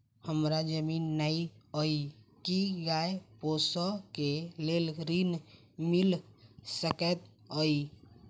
हमरा जमीन नै अई की गाय पोसअ केँ लेल ऋण मिल सकैत अई?